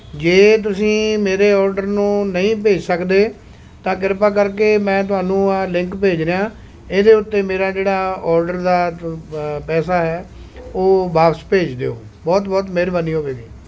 ਜੇ ਤੁਸੀਂ ਮੇਰੇ ਔਡਰ ਨੂੰ ਨਹੀਂ ਭੇਜ ਸਕਦੇ ਤਾਂ ਕਿਰਪਾ ਕਰਕੇ ਮੈਂ ਤੁਹਾਨੂੰ ਆਹ ਲਿੰਕ ਭੇਜ ਰਿਹਾ ਇਹਦੇ ਉੱਤੇ ਮੇਰਾ ਜਿਹੜਾ ਔਡਰ ਤ ਪੈਸਾ ਹੈ ਉਹ ਵਾਪਸ ਭੇਜ ਦਿਓ ਬਹੁਤ ਬਹੁਤ ਮਿਹਰਬਾਨੀ ਹੋਵੇਗੀ